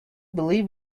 believe